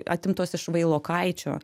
atimtos iš vailokaičio